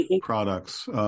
products